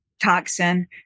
toxin